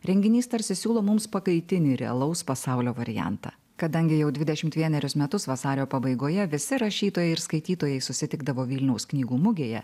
renginys tarsi siūlo mums pakaitinį realaus pasaulio variantą kadangi jau dvidešimt vienerius metus vasario pabaigoje visi rašytojai ir skaitytojai susitikdavo vilniaus knygų mugėje